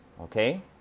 okay